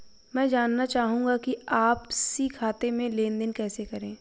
मैं जानना चाहूँगा कि आपसी खाते में लेनदेन कैसे करें?